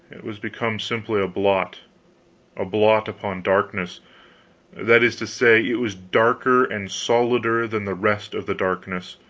it was become simply a blot a blot upon darkness that is to say, it was darker and solider than the rest of the darkness,